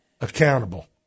accountable